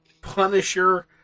Punisher